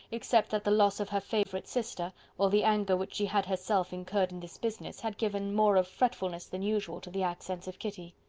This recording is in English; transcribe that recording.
except that the loss of her favourite sister, or the anger which she had herself incurred in this business, had given more of fretfulness than usual to the accents of kitty.